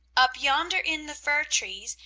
up yonder in the fir trees,